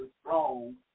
strong